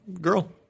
girl